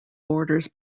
borders